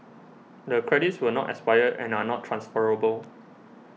the credits will not expire and are not transferable